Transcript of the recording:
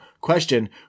Question